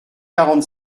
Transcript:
quarante